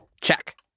Check